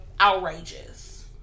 outrageous